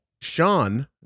Sean